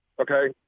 okay